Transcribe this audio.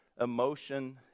emotion